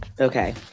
okay